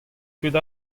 tud